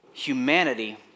humanity